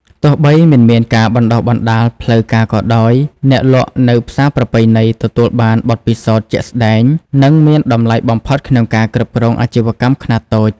ទោះបីមិនមានការបណ្តុះបណ្តាលផ្លូវការក៏ដោយ អ្នកលក់នៅផ្សារប្រពៃណីទទួលបានបទពិសោធន៍ជាក់ស្តែង និងមានតម្លៃបំផុតក្នុងការគ្រប់គ្រងអាជីវកម្មខ្នាតតូច។